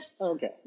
Okay